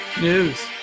News